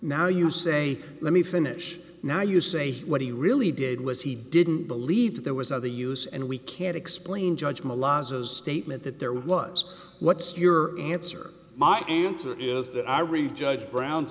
now you say let me finish now you say what he really did was he didn't believe there was other use and we can't explain judge molasses statement that there was what's your answer my answer is that i really judge brown